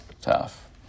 tough